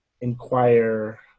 inquire